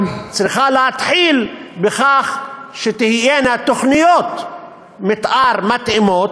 צריכה להתחיל בכך שתהיינה תוכניות מתאר מתאימות,